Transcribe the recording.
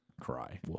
cry